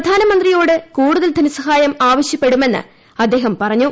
പ്രധാനമന്ത്രിയോട് കൂടുതൽ ധനസഹായം ആവശ്യപ്പെടുമെന്ന് അദ്ദേഹം പറഞ്ഞു